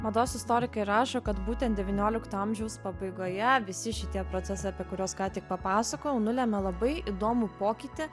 mados istorikai rašo kad būten devyniolikto amžiaus pabaigoje visi šitie procesai apie kuriuos ką tik papasakojau nulemia labai įdomų pokytį